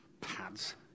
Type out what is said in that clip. Pads